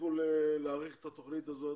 שתצליחו להאריך את תוקף התוכנית הזאת